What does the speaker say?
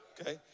okay